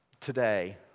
today